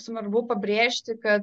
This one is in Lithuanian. svarbu pabrėžti kad